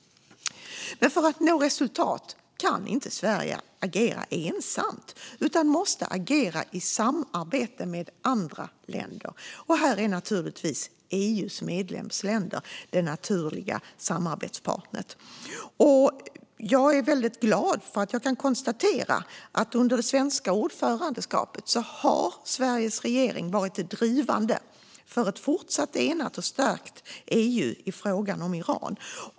För att nå resultat kan Sverige inte agera ensamt utan måste samarbeta med andra länder. Här är givetvis EU:s medlemsländer våra naturliga samarbetspartner. Jag är glad över att kunna konstatera att regeringen under det svenska ordförandeskapet har varit drivande för ett fortsatt enat och starkt EU i fråga om Iran.